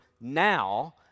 now